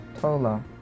Tola